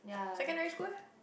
secondary school eh